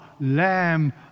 lamb